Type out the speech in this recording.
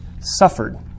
suffered